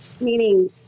meaning